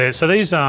ah so these